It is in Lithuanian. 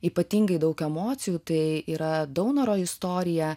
ypatingai daug emocijų tai yra daunoro istoriją